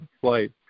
flight